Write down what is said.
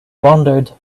wondered